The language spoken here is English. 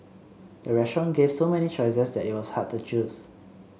the restaurant gave so many choices that it was hard to choose